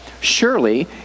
surely